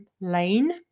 lane